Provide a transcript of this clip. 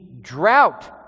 drought